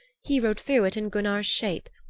he rode through it in gunnar's shape,